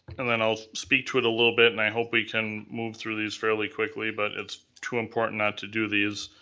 and then i'll speak to it a little bit and i hope we can move through these fairly quickly, but it's too important not to do these.